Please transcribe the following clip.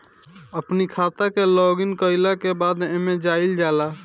अपनी खाता के लॉगइन कईला के बाद एमे जाइल जाला